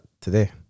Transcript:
today